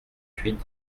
huit